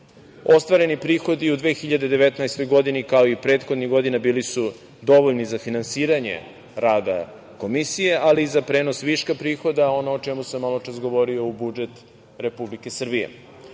Ostvareni prihodi u 2019. godini, kao i prethodnih godina bili su dovoljni za finansiranje rada Komisije, ali i za prenos viška prihoda, ono o čemu sam maločas govorio, u budžet Republike